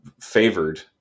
favored